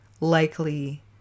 likely